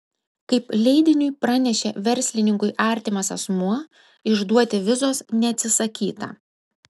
kaip leidiniui pranešė verslininkui artimas asmuo išduoti vizos neatsisakyta